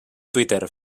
twitter